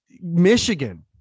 Michigan